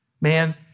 Man